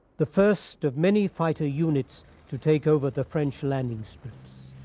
the first of many fighter units to take over the french landing strips.